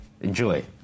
Enjoy